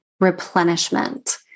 replenishment